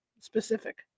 specific